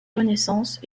renaissance